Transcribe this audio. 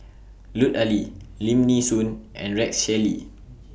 Lut Ali Lim Nee Soon and Rex Shelley